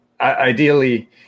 ideally